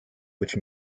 which